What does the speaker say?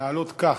לעלות כך.